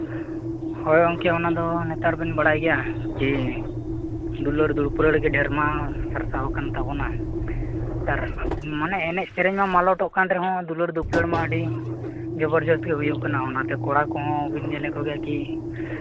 ᱦᱳᱭ ᱜᱚᱢᱠᱮ ᱚᱱᱟᱫᱚ ᱱᱮᱛᱟᱨᱵᱮᱱ ᱵᱟᱲᱟᱭ ᱜᱮᱭᱟ ᱠᱤ ᱫᱩᱞᱟᱹᱲ ᱫᱩᱯᱞᱟᱹᱲᱜᱮ ᱰᱷᱮᱨ ᱢᱟ ᱥᱟᱨᱥᱟᱣ ᱟᱠᱟᱱ ᱛᱟᱵᱳᱱᱟ ᱢᱟᱱᱮ ᱮᱱᱮᱡ ᱥᱮᱨᱮᱧ ᱢᱟ ᱢᱟᱞᱚᱴᱚᱜ ᱠᱟᱱ ᱨᱮᱦᱚᱸ ᱫᱩᱞᱟᱹᱲᱼᱫᱩᱯᱞᱟᱹᱲ ᱢᱟ ᱟᱹᱰᱤ ᱡᱚᱵᱚᱨᱡᱟᱹᱥᱛᱤ ᱦᱩᱭᱩᱜ ᱠᱟᱱᱟ ᱚᱱᱟᱛᱮ ᱠᱚᱲᱟ ᱠᱚᱦᱚᱸ ᱧᱮᱞᱮᱫ ᱠᱚᱜᱮᱭᱟ ᱠᱤ